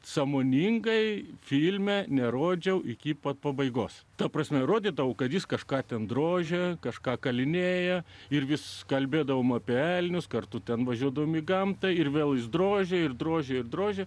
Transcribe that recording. sąmoningai filme nerodžiau iki pat pabaigos ta prasme rodyta kad jis kažką ten drožia kažką kalinėja ir vis kalbėdavome apie elnius kartu ten važiuodavome į gamtą ir vėl išdrožė ir drožė drožė